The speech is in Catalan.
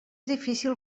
difícil